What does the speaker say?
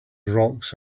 rocks